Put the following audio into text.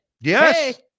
Yes